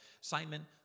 Simon